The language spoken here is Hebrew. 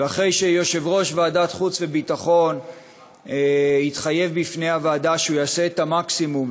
שיושב-ראש ועדת חוץ וביטחון התחייב בפני הוועדה שהוא יעשה את המקסימום,